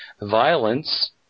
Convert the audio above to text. Violence